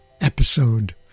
episode